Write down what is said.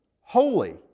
holy